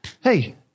Hey